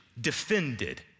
defended